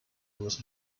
was